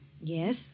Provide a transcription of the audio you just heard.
Yes